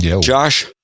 Josh